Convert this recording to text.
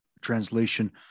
translation